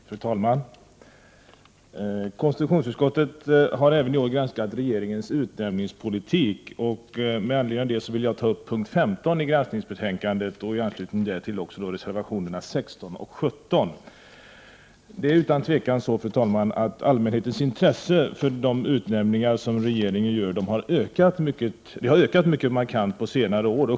Fru talman! Konstitutionsutskottet har även i år granskat regeringens utnämningspolitik, och med anledning av det vill jag ta upp punkt 15 i granskningsbetänkandet och i anslutning därtill reservationerna 16 och 17. Det är utan tvivel så, att allmänhetens intresse för de utnämningar som regeringen gör har ökat mycket markant på senare år.